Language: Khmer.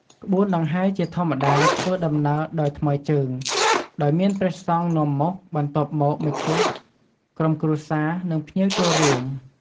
ក្បួនដង្ហែជាធម្មតាធ្វើដំណើរដោយថ្មើរជើង ដោយមានព្រះសង្ឃនាំមុខ បន្ទាប់មកមឈូស ក្រុមគ្រួសារ និងភ្ញៀវចូលរួម។